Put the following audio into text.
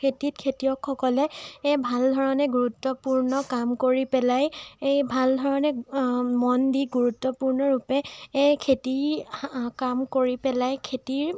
খেতিত খেতিয়কসকলে ভাল ধৰণে গুৰুত্বপূৰ্ণ কাম কৰি পেলাই ভাল ধৰণে মন দি গুৰুত্বপূৰ্ণৰূপে খেতিৰ কাম কৰি পেলাই খেতিৰ